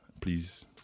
please